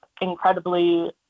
incredibly